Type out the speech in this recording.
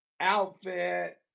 outfit